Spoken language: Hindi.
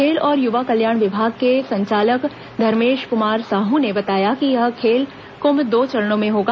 खेल और युवा कल्याण विभाग के संचालक धर्मेश क्मार साहू ने बताया कि यह खेल कृम्भ दो चरणों में होगा